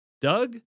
Doug